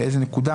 באיזו נקודה